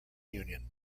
union